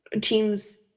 teams